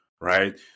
right